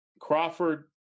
Crawford